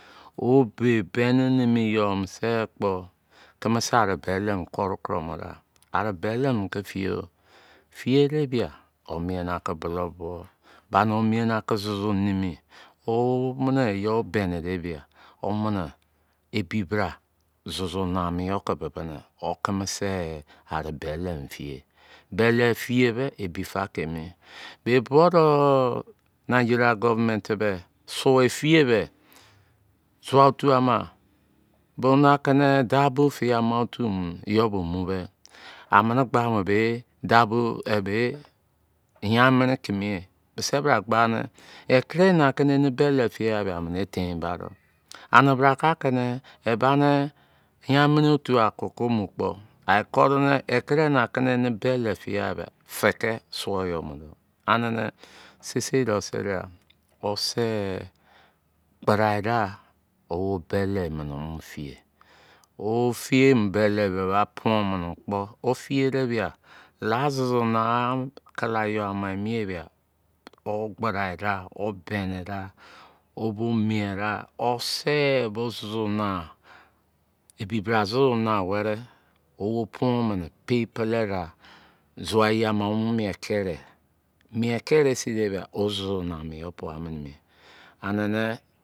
Wo be bẹnịị nimi yọ mọ sẹ kpo, kimi se ari beli mo kore kuromi mo da. Ani beli ki fiye o. Fiye de bia, wo mien ni aki bulou bo. Bano mie aki zozo nemi. Womini oyo ọ beni de bia wo ebi bra zozo namo yo ki bibini. Wo kimise ari beli fiyee. Beli fiye bẹ ebi fa ke mi. Be buodo naijeniya government be su efiye be, zua otu ama bona ki ni dabufe ebe otu mo yọ bo mube, amini gbade be yammiri kimi ye. Bisi bra gbani, kre na kimeni beli fiyeoha be bia, amini e tein ba do. Ani bra ka kiri kakini, ebani yammi ri otu yo aku kọ mu kpo, ae kore ne, e krena eni beli fiyegha bia, fiki suo yo mu do, anini sisei de sera, wose gbadai da owo beli mini mo mofiye. Wo fiye yiemi belibe, ba poon mini kpo. Wo fiye de bia, la zozo nagha kala eyo ama emi ye bia, wo se bo zozo na, ebi bra zozo naweri wo poon mini pei pele a, zua eyi ama wo mo mie kiri. Mien kiri sin de bia, wo zọzo na mo, yọ pua mini mi. Anịne